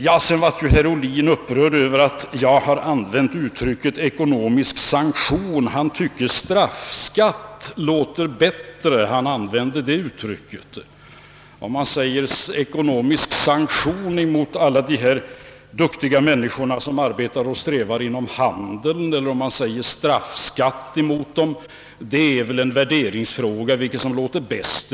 Herr Ohlin blev upprörd över att jag har använt uttrycket »ekonomisk sanktion». Han tycker straffskatt låter bättre och använder därför detta uttryck. Om man talar om ekonomisk sanktion mot alla de duktiga människor som arbetar och strävar inom handeln eller om man talar om straffskatt emot dem är det väl en smakfråga vad som låter bäst.